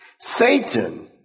Satan